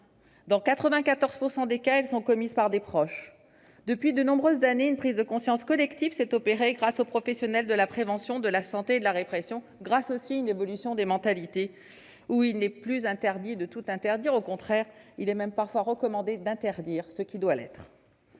Dans 94 % des cas, elles sont commises par des proches. Depuis des années, une prise de conscience collective s'est opérée grâce aux professionnels de la prévention, de la santé et de la répression, grâce, aussi, à une évolution des mentalités- il n'est plus interdit de tout interdire, au contraire : il est même parfois recommandé d'interdire ce qui doit l'être.